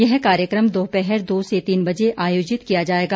यह कार्यक्रम दोपहर दो से तीन बजे आयोजित किया जाएगा